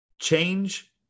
Change